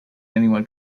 anyone